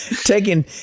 taking